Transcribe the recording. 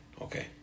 okay